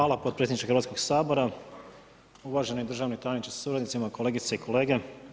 Hvala potpredsjedniče Hrvatskog sabora, uvaženi državni tajniče sa suradnicima, kolegice i kolege.